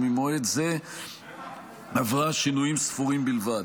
וממועד זה עברה שינויים ספורים בלבד.